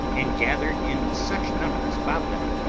and gathered in such numbers about them,